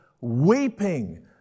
weeping